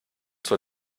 zur